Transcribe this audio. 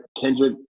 Kendrick